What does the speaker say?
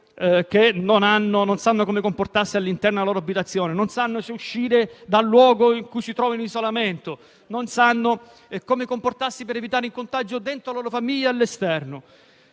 che non sanno come comportarsi all'interno della loro abitazione: non sanno se uscire dal luogo in cui si trovano in isolamento né come comportarsi per evitare il contagio, dentro la loro famiglia e all'esterno.